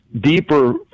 deeper